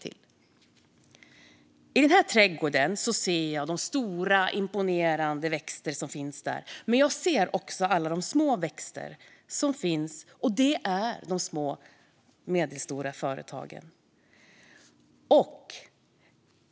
I den här trädgården ser jag de stora, imponerande växter som finns där, men jag ser också alla de små växter som finns, och det är de små och medelstora företagen.